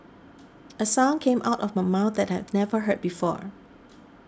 a sound came out of my mouth that I'd never heard before